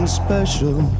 special